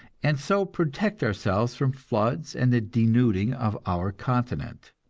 and so protect ourselves from floods and the denuding of our continent.